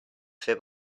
fer